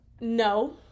no